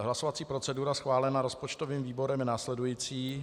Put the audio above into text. Hlasovací procedura schválená rozpočtovým výborem je následující.